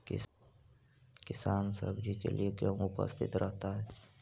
किसान सब्जी के लिए क्यों उपस्थित रहता है?